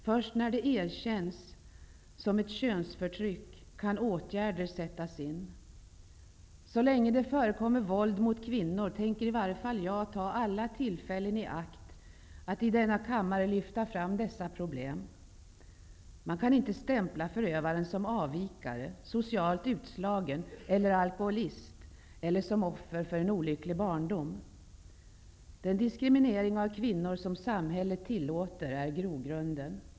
Först när det erkänns som ett könsförtryck, kan åtgärder sättas in. Så länge det förekommer våld mot kvinnor tänker i varje fall jag ta alla tillfällen i akt att i denna kammare lyfta fram dessa problem. Man kan inte stämpla förövaren som avvikare, socialt utslagen, alkoholist eller som offer för en olycklig barndom. Den diskriminering av kvinnor som samhället tillåter är grogrunden.